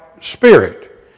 spirit